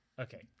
Okay